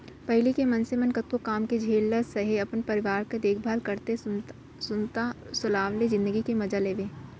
पहिली के मनसे मन कतको काम के झेल ल सहयँ, अपन परिवार के देखभाल करतए सुनता सलाव ले जिनगी के मजा लेवयँ